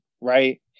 right